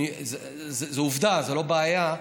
זאת עובדה, זאת לא בעיה.